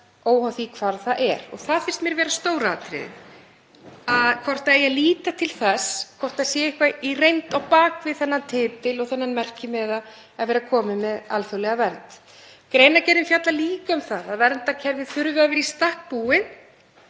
óháð því hvar það er. Það finnst mér vera stóra atriðið, hvort það eigi að líta til þess hvort það sé eitthvað í reynd á bak við þennan titil og þann merkimiða að vera komin með alþjóðlega vernd. Greinargerðin fjallar líka um að verndarkerfið þurfi að vera í stakk búið